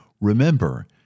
remember